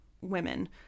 women